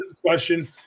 question